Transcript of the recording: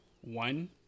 one